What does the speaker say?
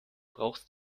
brauchst